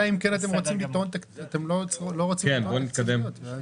בגדול, הן כמעט כולן היו תקציביות.